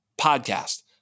podcast